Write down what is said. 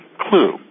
clue